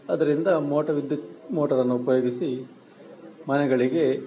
ಅದರಿಂದ ಮೋಟಾರ್ ವಿದ್ಯುತ್ ಮೋಟಾರನ್ನು ಉಪಯೋಗಿಸಿ ಮನೆಗಳಿಗೆ